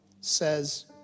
says